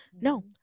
No